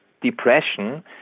depression